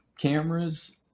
cameras